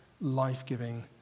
life-giving